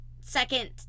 second